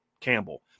Campbell